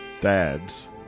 dad's